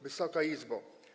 Wysoka Izbo!